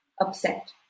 upset